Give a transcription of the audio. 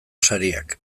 sariak